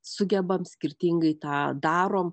sugebam skirtingai tą darom